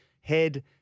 Head